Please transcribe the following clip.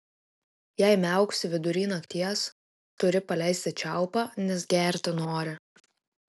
jei miauksi vidury nakties turi paleisti čiaupą nes gerti nori